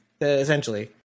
essentially